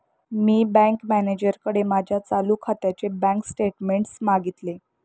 मी bank मॅनेजरकडे माझ्या चालू खात्याचे बँक स्टेटमेंट्स मागितले